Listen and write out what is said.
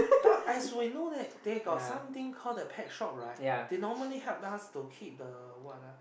thought as we know that they got something call the pet shop right they normally help us to keep the what ah